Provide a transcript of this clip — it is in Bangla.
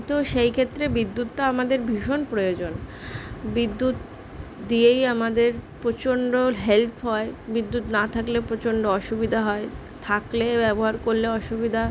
তো সেই ক্ষেত্রে বিদ্যুতটা আমাদের ভীষণ প্রয়োজন বিদ্যুৎ দিয়েই আমাদের প্রচণ্ড হেল্প হয় বিদ্যুৎ না থাকলে প্রচণ্ড অসুবিধা হয় থাকলে ব্যবহার করলে অসুবিধা